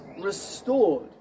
restored